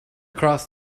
cross